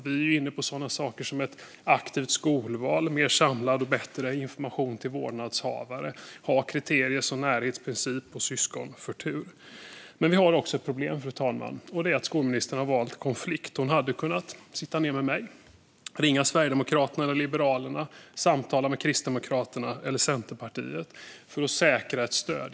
Vi är inne på sådana saker som ett aktivt skolval, mer samlad och bättre information till vårdnadshavare och att ha kriterier som närhetsprincip och syskonförtur. Vi har dock ett problem, fru talman, och det är att skolministern har valt konflikt. Hon hade kunnat sitta ned med mig, ringa Sverigedemokraterna eller Liberalerna och samtala med Kristdemokraterna eller Centerpartiet för att säkra stöd.